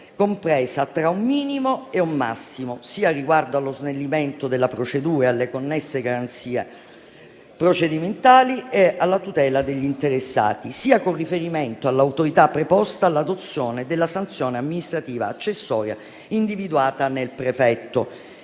compresa tra un minimo e un massimo, sia riguardo allo snellimento della procedura e alle connesse garanzie procedimentali e alla tutela degli interessati, sia con riferimento all'autorità preposta all'adozione della sanzione amministrativa accessoria individuata nel prefetto.